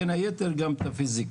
בין היתר גם את הפיזיקה,